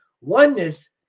Oneness